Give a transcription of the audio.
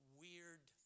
weird